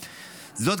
זאת,